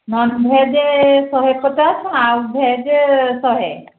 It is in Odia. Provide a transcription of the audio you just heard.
ନନ୍ଭେଜ୍ ଶହେ ପଚାଶ ଆଉ ଭେଜ୍ ଶହେ